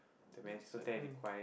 looks sad mm